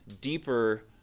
deeper